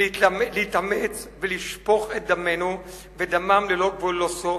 'להתאמץ' ולשפוך את דמנו ודמם ללא סוף?